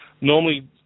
normally